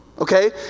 okay